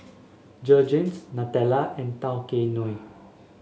Jergens Nutella and Tao Kae Noi